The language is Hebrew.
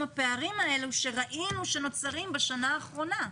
הפערים שראינו שנוצרים בשנה האחרונה?